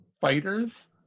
fighters